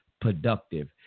productive